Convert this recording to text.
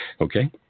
Okay